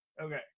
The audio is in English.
okay